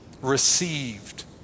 received